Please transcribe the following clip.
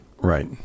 Right